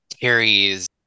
carries